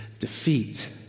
Defeat